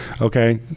Okay